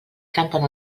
canten